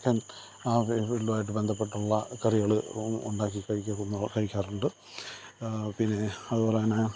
chicken ആ feel ഫീൽഡുമായിട്ട് ബന്ധപ്പട്ടുള്ള കറികള് ഉണ്ടാക്കി കഴിക്കുക കഴിക്കാറുണ്ട് പിന്നെ അതുപോലെ തന്നെ